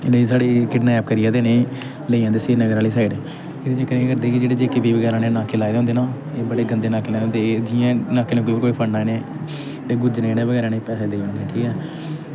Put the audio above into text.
इ'नें गी साढ़े किडनैप करियै ते इ'नें गी लेई जंदे श्रीनगर आह्ली साइड इ'नें चक्करें च केह् करदे कि जेह्ड़े जे के पी बगैरा ने नाके लाए दे होंदे ना एह् बड़े गंदे नाके लाए दे होंदे एह् जि'यां एह् नाके नूके पर कोई फड़ना इ'नें ते गुज्जरें ने बगैरा ने इ'नें गी पैसे देई ओड़ने ठीक ऐ